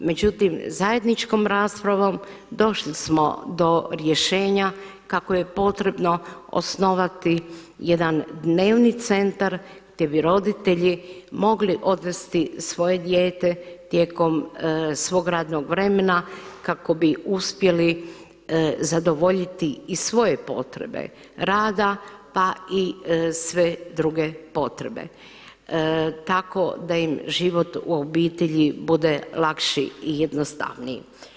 Međutim zajedničkom raspravom došli smo do rješenja kako je potrebno osnovati jedan dnevni centar gdje bi roditelj mogli odvesti svoje dijete tijekom svog radnog vremena kako bi uspjeli zadovoljiti i svoje potrebe rada pa i sve druge potrebe, tako da im život u obitelji bude lakši i jednostavniji.